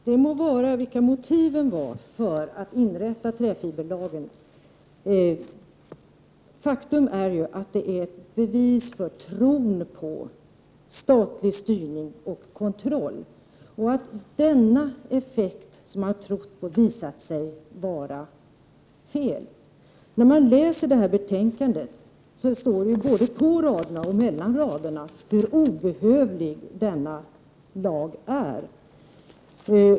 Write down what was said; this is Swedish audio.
Herr talman! Det må vara hur det vill med motiven för att instifta träfiberlagen. Faktum är att den är ett bevis på att man tror på statlig styrning och kontroll. Men effekterna har inte blivit de väntade. I betänkandet står det både på och mellan raderna hur obehövlig den här lagen är.